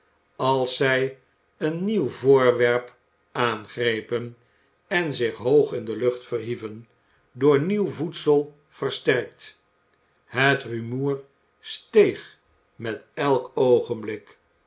als zij een nieuw voorwerp aangrepen en zich hoog in de lucht verhieven door nieuw voedsel versterkt het rumoer steeg met elk oogenblik